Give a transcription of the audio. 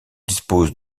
dispose